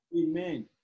Amen